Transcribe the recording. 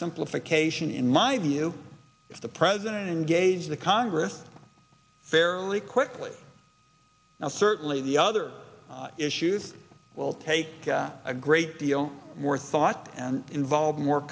simplification in my view if the president engaged the congress fairly quickly now certainly the other issues will take a great deal more thought and involve more